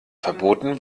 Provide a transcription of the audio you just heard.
verboten